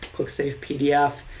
click save pdf,